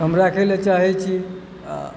हम रखैला चाहैत छी आ